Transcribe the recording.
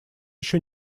еще